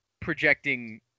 projecting